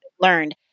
learned